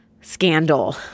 scandal